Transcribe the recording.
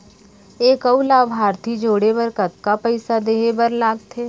एक अऊ लाभार्थी जोड़े बर कतका पइसा देहे बर लागथे?